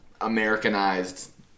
Americanized